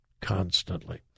constantly